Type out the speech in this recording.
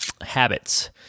Habits